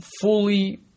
fully